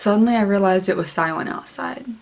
suddenly i realized it was silent outside